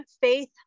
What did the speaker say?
Faith